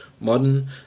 modern